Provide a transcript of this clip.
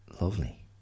lovely